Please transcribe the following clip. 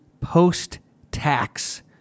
post-tax